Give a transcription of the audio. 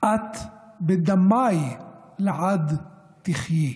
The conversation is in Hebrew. "את, בדמיי לעד תחיי".